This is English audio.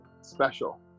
special